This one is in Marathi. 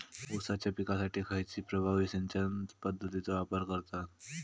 ऊसाच्या पिकासाठी खैयची प्रभावी सिंचन पद्धताचो वापर करतत?